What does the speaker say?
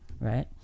right